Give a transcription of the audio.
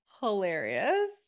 Hilarious